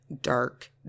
dark